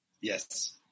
Yes